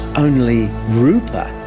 only rupa,